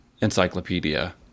encyclopedia